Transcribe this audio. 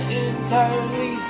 entirely